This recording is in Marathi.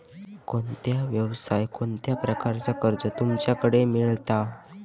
कोणत्या यवसाय कोणत्या प्रकारचा कर्ज तुमच्याकडे मेलता?